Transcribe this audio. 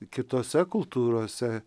kitose kultūrose